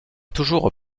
toujours